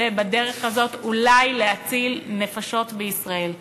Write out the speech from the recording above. ובדרך הזאת אולי להציל נפשות בישראל.